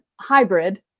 hybrid